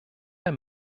der